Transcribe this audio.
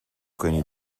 کنی